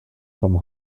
from